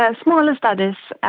ah smaller studies,